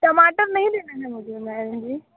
टमाटर नहीं लेना है मुझे बहन जी